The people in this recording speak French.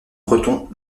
bretons